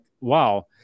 wow